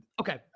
Okay